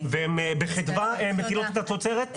והן בחדווה מטילות את התוצרת.